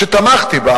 בחצי השנה האחרונה,